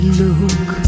look